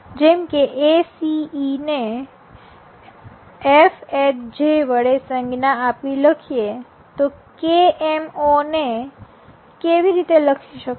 જેમકે ACE ને FHJ વડે સંજ્ઞા આપી લખીએ તો KMO ને થી લખશું